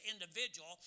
individual